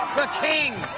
the king.